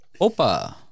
Opa